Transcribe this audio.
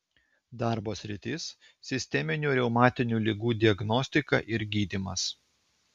darbo sritis sisteminių reumatinių ligų diagnostika ir gydymas